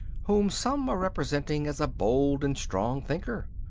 whom some are representing as a bold and strong thinker.